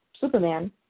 Superman